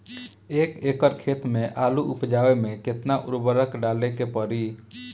एक एकड़ खेत मे आलू उपजावे मे केतना उर्वरक डाले के पड़ी?